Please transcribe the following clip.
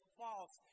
false